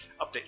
update